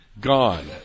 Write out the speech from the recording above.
gone